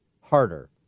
harder